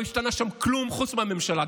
לא השתנה שם כלום חוץ מהממשלה.